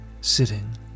sitting